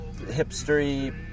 hipstery